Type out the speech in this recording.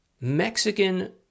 Mexican